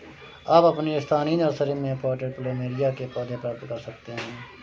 आप अपनी स्थानीय नर्सरी में पॉटेड प्लमेरिया के पौधे प्राप्त कर सकते है